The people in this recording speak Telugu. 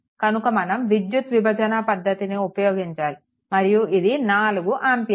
కనుక మనం విద్యుత్ విభజన పద్ధతిని ఉపయోగించాలి మరియు ఇది 4 ఆంపియర్లు